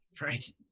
right